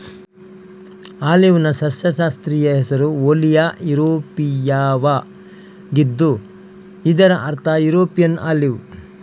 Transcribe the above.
ಆಲಿವ್ನ ಸಸ್ಯಶಾಸ್ತ್ರೀಯ ಹೆಸರು ಓಲಿಯಾ ಯುರೋಪಿಯಾವಾಗಿದ್ದು ಇದರ ಅರ್ಥ ಯುರೋಪಿಯನ್ ಆಲಿವ್